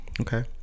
Okay